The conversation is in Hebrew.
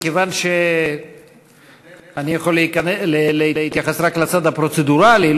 מכיוון שאני יכול להתייחס רק לצד הפרוצדורלי,